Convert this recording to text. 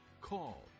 call